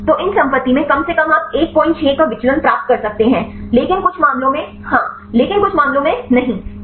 तो इन संपत्ति में कम से कम आप 16 का विचलन प्राप्त कर सकते हैं लेकिन कुछ मामलों में हां लेकिन कुछ मामले नहीं इस मामले में हम क्या कर सकते हैं